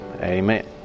amen